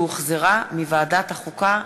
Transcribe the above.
שהחזירה ועדת החוקה,